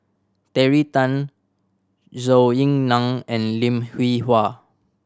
Terry Tan Zhou Ying Nan and Lim Hwee Hua